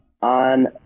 on